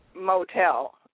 motel